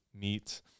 meat